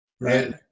Right